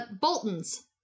Boltons